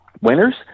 winners